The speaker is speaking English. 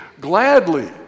gladly